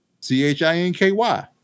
C-H-I-N-K-Y